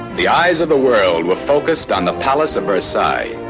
the eyes of the world were focused on the palace of versailles.